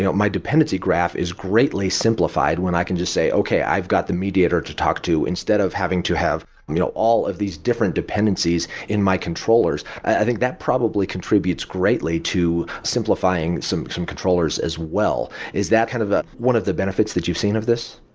my dependency graph is greatly simplified when i can just say, okay. i've got the mediator to talk to, instead of having to have you know all of these different dependencies in my controllers. i think that probably contributes greatly to simplifying some some controllers as well. is that kind of ah one of the benefits that you've seen of this?